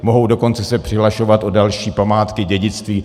Mohou dokonce se přihlašovat o další památky, dědictví.